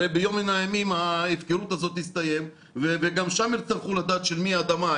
הרי ביום מן הימים ההפקרות הזאת תסתיים וגם שם יצטרכו לדעת של מי האדמה,